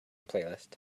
playlist